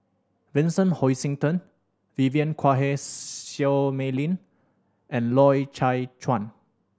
Vincent Hoisington Vivien Quahe Seah Mei Lin and Loy Chye Chuan